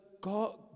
God